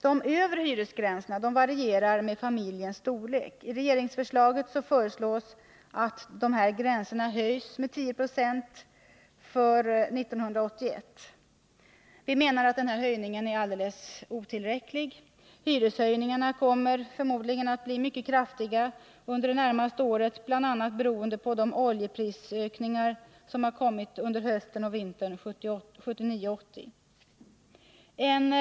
De övre hyresgränserna varierar, som jag sade, med familjens storlek. I regeringsförslaget föreslås att dessa gränser höjs med ca 10 96 för år 1981. Denna höjning är enligt vår mening otillräcklig. Hyreshöjningarna kommer troligen att bli mycket kraftiga under det närmaste året, bl.a. beroende på de oljeprisökningar som kommit under hösten och vintern 1979-1980.